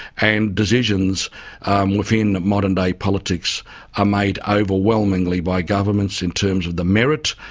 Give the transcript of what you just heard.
and decisions within modern-day politics are made overwhelmingly by governments in terms of the merit,